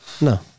No